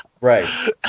Right